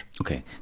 Okay